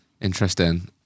interesting